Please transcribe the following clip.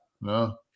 No